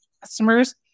customers